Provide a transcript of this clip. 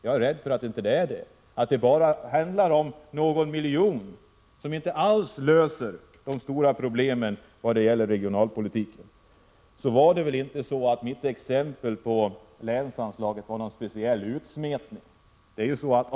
Jag är rädd för att det inte är det utan bara handlar om någon miljon, som inte alls löser de stora problemen vad gäller regionalpolitiken. Mitt exempel på länsanslag visade inte på någon speciell ”utsmetning”.